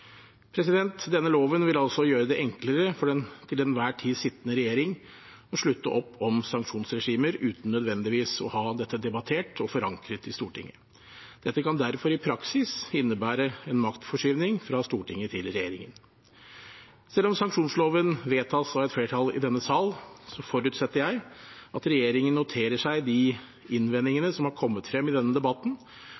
Denne loven vil altså gjøre det enklere for den til enhver tid sittende regjering å slutte opp om sanksjonsregimer uten nødvendigvis å ha dette debattert og forankret i Stortinget. Dette kan derfor i praksis innebære en maktforskyvning fra Stortinget til regjeringen. Selv om sanksjonsloven vedtas av et flertall i denne sal, forutsetter jeg at regjeringen noterer seg de